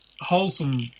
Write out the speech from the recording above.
wholesome